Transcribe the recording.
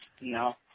No